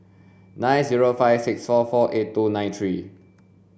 nine zero five six four four eight two nine three